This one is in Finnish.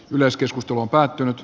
yleiskeskustelu päättyi